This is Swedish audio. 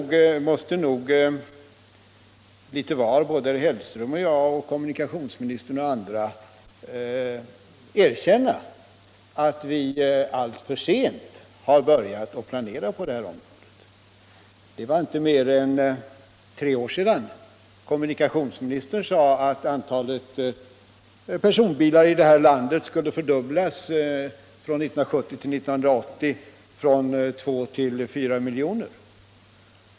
Vi måste nog litet var — och det gäller såväl mig själv som herr Hellström, kommunikationsministern och andra — erkänna att vi alltför sent har börjat planera på detta område. Det var inte mer än tre år sedan kommunikationsministern sade att antalet personbilar i vårt land skulle fördubblas från 1970 till 1980, från 2 till 4 miljoner.